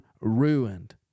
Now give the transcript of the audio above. ruined